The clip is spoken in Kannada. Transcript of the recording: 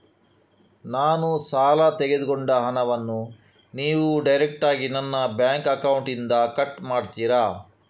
ನಾನು ಸಾಲ ತೆಗೆದುಕೊಂಡ ಹಣವನ್ನು ನೀವು ಡೈರೆಕ್ಟಾಗಿ ನನ್ನ ಬ್ಯಾಂಕ್ ಅಕೌಂಟ್ ಇಂದ ಕಟ್ ಮಾಡ್ತೀರಾ?